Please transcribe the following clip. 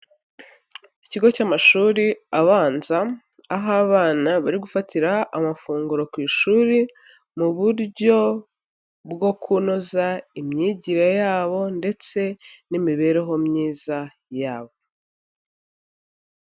Ikigo cy'amashuri abanza, aho abana bari gufatira amafunguro ku ishuri mu buryo bwo kunoza imyigire yabo ndetse n'imibereho myiza yabo.